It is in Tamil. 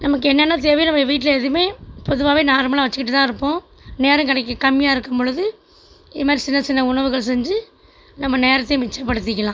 நமக்கு என்னென்ன தேவையோ வீட்டில் எதுவுமே பொதுவாகவே நார்மலாக வச்சிக்கிட்டு தான் இருப்போம் நேரம் கம்மியாக இருக்கும் பொழுது இது மாதிரி சின்ன சின்ன உணவுகள் செஞ்சு நம்ப நேரத்தையும் மிச்சப்படுத்திக்கலாம்